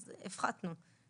הפחתנו.